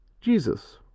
jesus